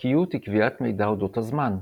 חוקיות היא קביעת מידע אודות הזמן,